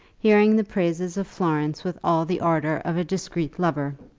hearing the praises of florence with all the ardour of a discreet lover.